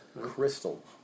Crystal